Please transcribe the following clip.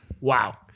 wow